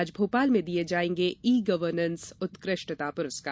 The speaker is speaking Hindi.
आज भोपाल में दिये जायेंगे ई गर्वर्नेंस उत्कृष्टता प्रस्कार